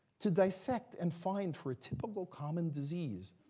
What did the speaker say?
to dissect and find, for a typical common disease,